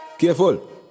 Careful